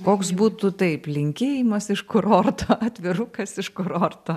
koks būtų taip linkėjimas iš kurorto atvirukas iš kurorto